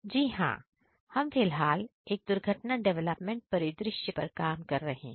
जी हां हम फिलहाल एक दुर्घटना डेवलपमेंट परिदृश्य पर काम कर रहे हैं